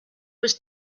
was